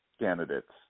candidates